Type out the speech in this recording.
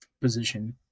position